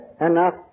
enough